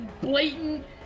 blatant